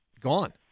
gone